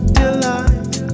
delight